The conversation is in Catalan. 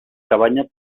cabanya